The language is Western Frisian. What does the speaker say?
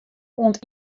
oant